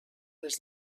les